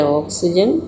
oxygen